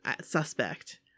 suspect